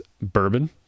bourbon